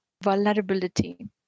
vulnerability